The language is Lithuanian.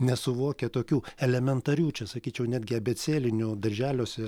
nesuvokia tokių elementarių čia sakyčiau netgi abėcėlinio darželiuose